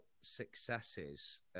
successes